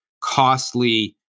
costly